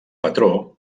patró